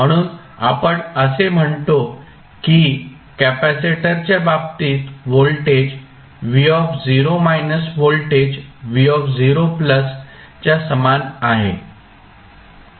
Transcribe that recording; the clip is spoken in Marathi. म्हणून आपण असे म्हणतो की कॅपेसिटरच्या बाबतीत व्होल्टेज व्होल्टेज च्या समान आहे